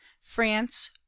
France